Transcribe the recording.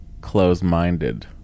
close-minded